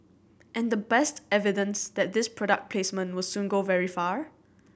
and the best evidence that this product placement will soon go very far